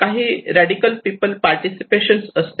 काही radical people participations असते